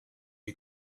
you